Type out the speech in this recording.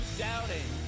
doubting